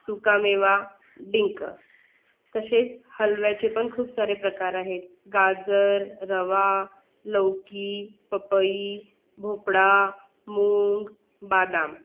सुकामेवा डिंक तसेच हलव्याचे पण खूप सारे प्रकार आहे गाजर रवा लौकी पपई भोपळा मूग बदाम